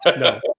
No